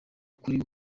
ukuri